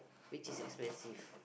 which is expensive